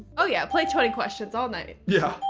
oh yeah. play twenty questions all night. yeah.